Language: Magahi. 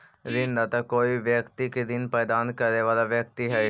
ऋणदाता कोई व्यक्ति के ऋण प्रदान करे वाला व्यक्ति हइ